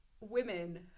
women